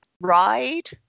ride